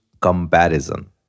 comparison